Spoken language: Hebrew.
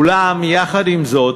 אולם, יחד עם זאת,